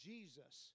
Jesus